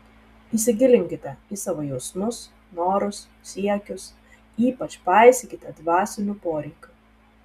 įsigilinkite į savo jausmus norus siekius ypač paisykite dvasinių poreikių